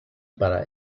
para